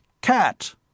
cat